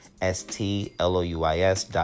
S-T-L-O-U-I-S